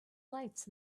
lights